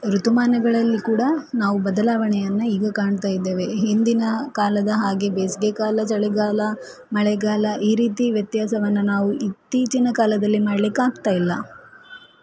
ಋತುಮಾನಗಳಲ್ಲಿ ಕೂಡ ನಾವು ಬದಲಾವಣೆಯನ್ನು ಈಗ ಕಾಣ್ತಾ ಇದ್ದೇವೆ ಹಿಂದಿನ ಕಾಲದ ಹಾಗೆ ಬೇಸಿಗೆ ಕಾಲ ಚಳಿಗಾಲ ಮಳೆಗಾಲ ಈ ರೀತಿ ವ್ಯತ್ಯಾಸವನ್ನು ನಾವು ಇತ್ತೀಚಿನ ಕಾಲದಲ್ಲಿ ಮಾಡಲಿಕ್ಕಾಗ್ತಾ ಇಲ್ಲ